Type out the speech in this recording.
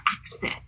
access